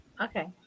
Okay